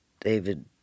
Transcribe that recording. David